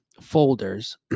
folders